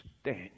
stand